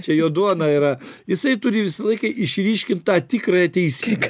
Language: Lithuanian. čia jo duona yra jisai turi visą laiką išryškint tą tikrąją teisybę